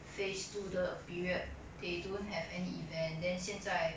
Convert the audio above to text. phase two 的 period they don't have any event then 现在